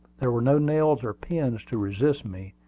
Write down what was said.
there were no nails or pins to resist me,